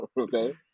okay